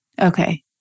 okay